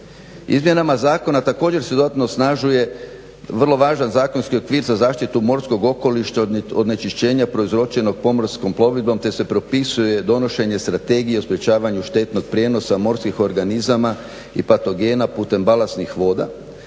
Izmjenama zakona također se znatno osnažuje vrlo važan zakonski okvir za zaštitu morskog okoliša od onečišćenja prouzročenog pomorskom plovidbom te se propisuje i donošenje strategije u sprečavanju štetnog prijenosa, morskih organizama i patogena putem balasnih voda